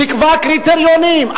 תקבע קריטריונים.